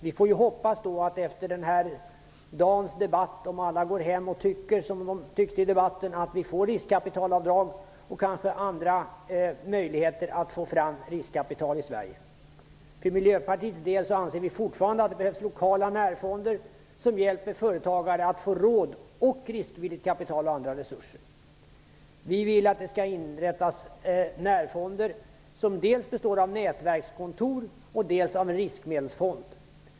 Vi får hoppas att vi får riskkapitalavdrag och kanske andra möjligheter att få fram riskkapital i Sverige om alla går hem efter denna dag och tycker som de tyckte i debatten. För Miljöpartiets del anser vi fortfarande att det behövs lokala närfonder som hjälper företagare att få råd och riskvilligt kapital och andra resurser. Vi vill att det skall inrättas närfonder som dels består av nätverkskontor, dels av en riskmedelsfond.